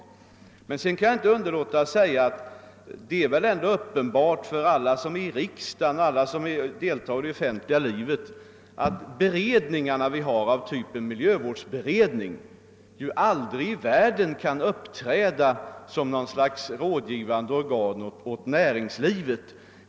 Sedan kan jag emellertid inte underlåta att också säga, att det väl ändå för alla här i riksdagen och för dem som på annat sätt deltar i det offentliga livet är uppenbart, att de beredningar vi har av typ miljövårdsberedningen aldrig kan uppträda som rådgivande organ åt näringslivet.